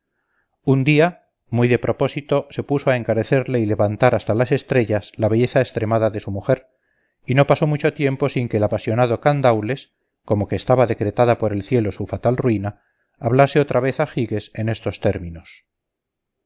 un día muy de propósito se puso a encarecerle y levantar hasta las estrellas la belleza extremada de su mujer y no pasó mucho tiempo sin que el apasionado candaules como que estaba decretada por el cielo su fatal ruina hablase otra vez a giges en estos términos